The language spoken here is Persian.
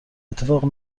اتفاق